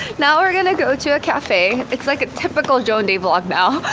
now we're gonna go to a cafe it's like a typical joanday vlog now!